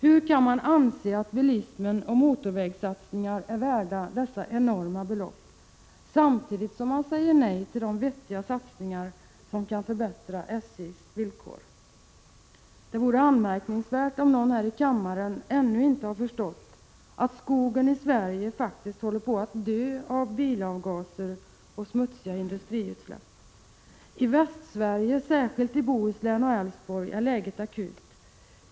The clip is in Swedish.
Hur kan ni anse att bilismen och motorvägssatsningar är värda dessa enorma belopp, samtidigt som ni säger nej till de vettiga satsningar som kan förbättra SJ:s villkor? Det vore anmärkningsvärt om någon här i kammaren ännu inte har förstått att skogen i Sverige håller på att dö av bilavgaser och smutsiga industriutsläpp. I Västsverige, särskilt i Bohuslän och Älvsborg, är läget akut.